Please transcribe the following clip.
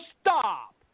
stop